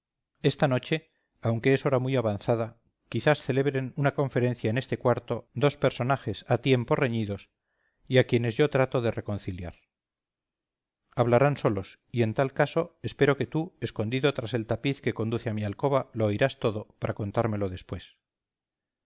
esta noche aunque es hora muy avanzada quizás celebren una conferencia en este mi cuarto dos personajes ha tiempo reñidos y a quienes yo trato de reconciliar hablarán solos y en tal caso espero que tú escondido tras el tapiz que conduce a mi alcoba lo oirás todo para contármelo después